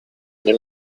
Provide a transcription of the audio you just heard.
nimm